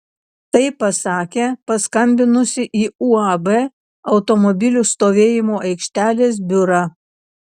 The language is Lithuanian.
tai pasakė paskambinusi į uab automobilių stovėjimo aikštelės biurą